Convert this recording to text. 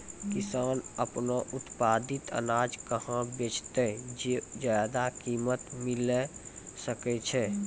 किसान आपनो उत्पादित अनाज कहाँ बेचतै जे ज्यादा कीमत मिलैल सकै छै?